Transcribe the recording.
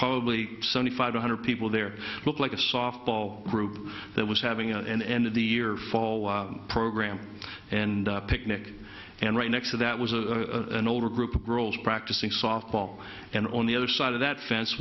probably seventy five hundred people there looked like a softball group that was having an end of the year fall program and picnic and right next to that was a an older group of girls practicing softball and on the other side of that fence